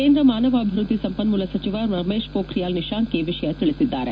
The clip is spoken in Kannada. ಕೇಂದ್ರ ಮಾನವ ಅಭಿವ್ಯದ್ದಿ ಸಂಪನ್ನೂಲ ಸಚಿವ ರಮೇಶ್ ಮೋಖ್ರಿಯಾಲ್ ನಿಶಾಂಕ್ ಈ ವಿಷಯ ತಿಳಿಸಿದ್ದಾರೆ